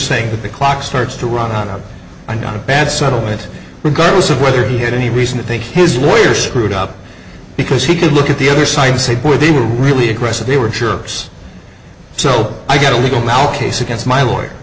saying that the clock starts to run on and on bad settlement regardless of whether he had any reason to think his lawyer screwed up because he could look at the other side and say boy they were really aggressive they were chirps so i got a legal case against my lawyer